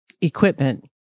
equipment